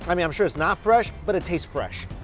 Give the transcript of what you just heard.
i mean, i'm sure it's not fresh but it tastes fresh.